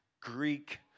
Greek